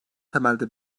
temelde